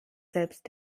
selbst